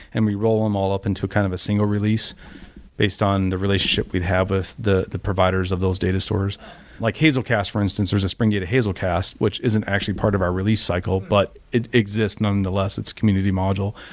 and we roll them all up into kind of a single release based on the relationship we have with the the providers of those data stores like hazelcast for instance, there is a spring data hazelcast, which isn't actually a part of our release cycle, but it exists nonetheless. it's community module.